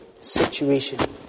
situation